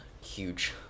huge